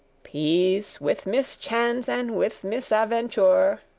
peace, with mischance and with misaventure,